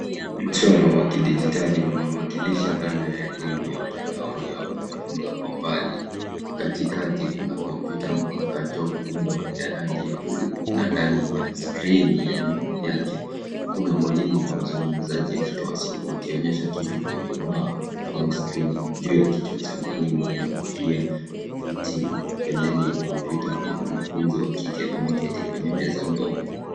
Mchoro wa kidijitali unaowakilisha dhana ya elimu ya mtandaoni au kujifunza kwa mbali. Katikati kuna kompyuta mpakato kubwa ya rangi ya buluu, na ndani ya skrini yake kuna mwalimu na mzungumzaji akitoa somo akionyesha kitu kwenye ubao au skrini, juu ya kichwa cha mwalimu, kuna kofia ya kuhitimu. Pembeni ya kompyuta kuna mwanafunzi wa kike ameketi kwenye meza ndogo.